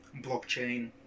blockchain